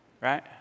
right